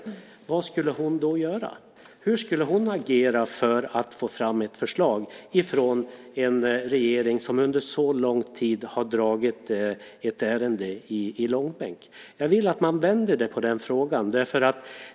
Hur skulle hon agera för att få fram ett förslag från en regering som under så lång tid har dragit ett ärende i långbänk? Jag vill att man gör en vändning i den frågan.